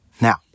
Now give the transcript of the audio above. Now